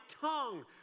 tongue